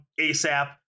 ASAP